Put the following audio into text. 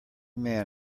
man